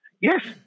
Yes